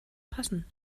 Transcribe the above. passen